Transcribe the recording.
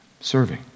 Serving